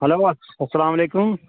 hello اسلامُ علیکُم